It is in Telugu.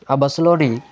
ఆ బస్సులోని